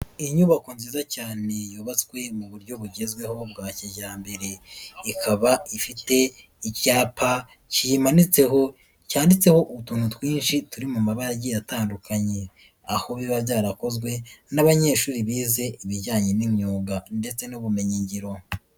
Inyubako nziza cyane yubatswe mu buryo bugezweho bwa kijyambere, ikaba ifite icyapa kiyimanitseho cyanditseho utuntu twinshi turi mu mabara yagiye atandukanye, aho biba byarakozwe n'abanyeshuri bize ibijyanye n'imyuga ndetse n'ubumenyingiro.